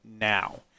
now